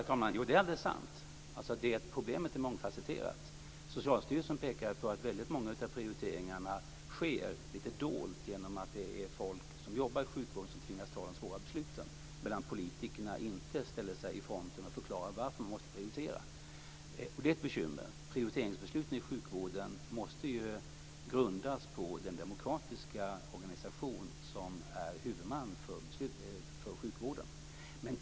Herr talman! Det är alldeles sant, problemet är mångfacetterat. Socialstyrelsen pekar på att många av prioriteringarna sker lite dolt eftersom det är folk som jobbar i sjukvården som tvingas ta de svåra besluten medan politikerna inte ställer sig i fronten och förklarar varför man måste prioritera. Det är ett bekymmer. Prioriteringsbesluten i sjukvården måste ju grundas på den demokratiska organisation som är huvudman för sjukvården.